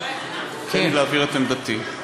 תן לי להבהיר את עמדתי.